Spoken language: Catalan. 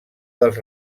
dels